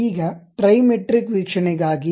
ಈಗ ಟ್ರೈಮೆಟ್ರಿಕ್ ವೀಕ್ಷಣೆಗಾಗಿ